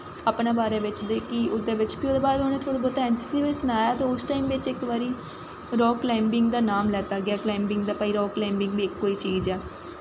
अपने बारे बिच्च ते फ्ही ओह्दै बाद थोह्ड़ा थोह्ड़ा ऐन्न सी सी बिच्च बी सनाया हा ते उस टाईम च इक बारी रॉक कलाईंबिंग दा नांऽ लैत्ता गेआ भाई रॉक कलाईंबिंग बी इक कोई चीज ऐ